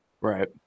Right